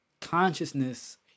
consciousness